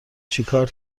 چیکار